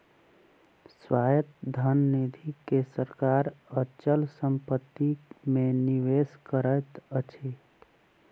स्वायत्त धन निधि के सरकार अचल संपत्ति मे निवेश करैत अछि